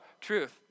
truth